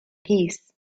peace